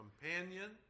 companion